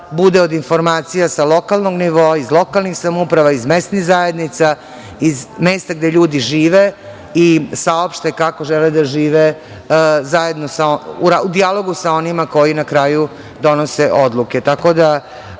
bude od informacija sa lokalnog nivoa, iz lokalnih samouprava, iz mesnih zajednica, iz mesta gde ljudi žive i saopšte kako žele da žive zajedno u dijalogu sa onima koji na kraju donose odluke. Tako